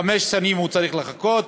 חמש שנים הוא צריך לחכות,